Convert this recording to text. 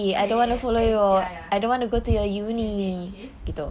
okay okay okay ya ya okay nick okay